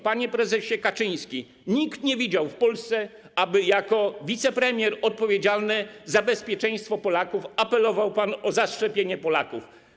Panie prezesie Kaczyński, nikt nie widział w Polsce, aby jako wicepremier odpowiedzialny za bezpieczeństwo Polaków apelował pan o zaszczepienie Polaków.